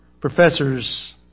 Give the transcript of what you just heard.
professors